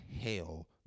hell